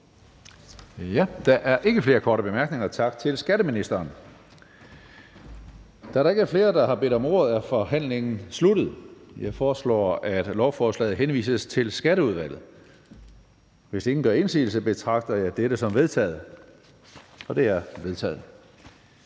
Der er ikke flere korte bemærkninger. Tak til skatteministeren. Da der ikke er flere, der har bedt om ordet, er forhandlingen afsluttet. Jeg foreslår, at lovforslaget henvises til Skatteudvalget. Hvis ingen gør indsigelse, betragter jeg dette som vedtaget. Det er vedtaget.